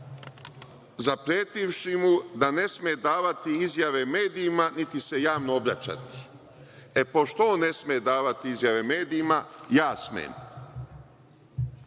zapretivši mu da ne sme davati izjave medijima, niti se javno obraćati. Pošto on ne sme davati izjave medijima, ja smem.